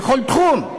בכל תחום,